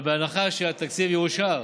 אבל בהנחה שהתקציב יאושר.